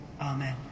Amen